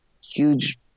huge